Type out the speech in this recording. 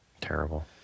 Terrible